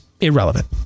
irrelevant